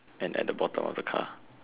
and at the bottom of the car